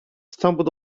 stumbled